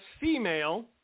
female